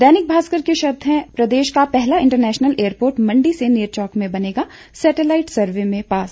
दैनिक भास्कर के शब्द हैं प्रदेश का पहला इंटरनेशनल एयरपोर्ट मंडी के नेरचौक में बनेगा सैटलाइट सर्वे में पास